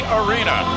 arena